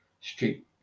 street